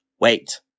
wait